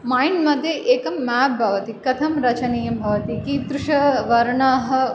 mind मध्ये एकं map भवति कथं रचनीयं भवति कीदृशवर्णः